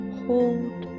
hold